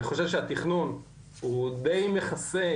אני חושב שהתכנון הוא די מכסה,